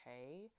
okay